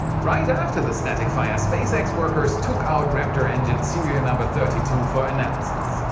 right after the static fire, spacex workers took out raptor engine serial number thirty two for analysis.